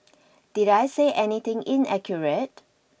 did I say anything inaccurate